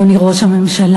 אדוני ראש הממשלה,